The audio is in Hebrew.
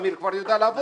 אמיר כבר יודע לעבוד.